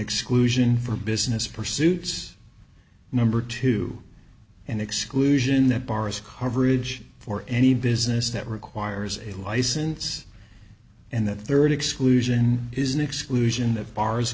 exclusion for business pursuits number two and exclusion that bars coverage for any business that requires a license and the third exclusion is an exclusion of bars